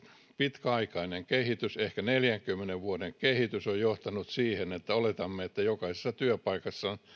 pitkäaikainen kehitys ehkä neljänkymmenen vuoden kehitys on johtanut siihen että oletamme että jokaisessa työpaikassa on